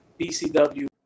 BCW